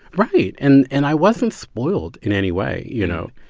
right. and and i wasn't spoiled in any way, you know,